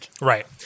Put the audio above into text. Right